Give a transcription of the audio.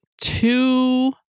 Two